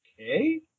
Okay